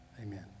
Amen